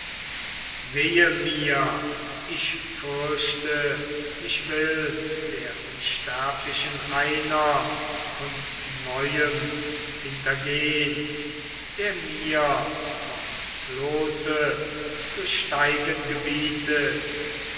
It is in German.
weh mir ich fürchte mich will der unsterblichen einer von neuem hintergehn der mir vom floße zu steigen gebietet